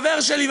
חבר שלי,